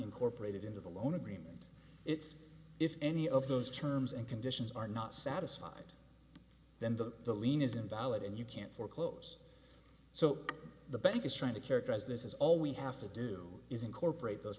incorporated into the loan agreement it's if any of those terms and conditions are not satisfied then the the lien is invalid and you can't foreclose so the bank is trying to characterize this is all we have to do is incorporate those